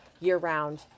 year-round